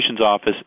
office